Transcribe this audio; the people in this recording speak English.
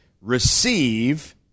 Receive